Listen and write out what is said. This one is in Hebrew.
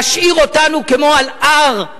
להשאיר אותנו כמו על הר,